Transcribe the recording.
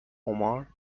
omar